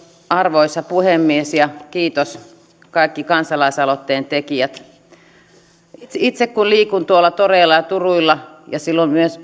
arvoisa puhemies kiitos kaikki kansalaisaloitteen tekijät itse itse kun liikun tuolla toreilla ja turuilla nyt ja liikuin myös